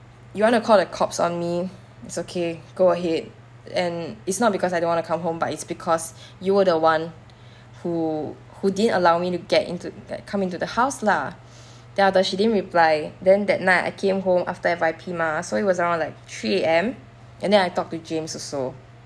you want to call the cops on me it's okay go ahead and it's not because I don't wanna come home but it's because you were the one who who didn't allow me to get into ge~ come into the house lah then after she didn't reply then that night I came home after F_Y_P mah so it was around like three A_M and then I talked to james also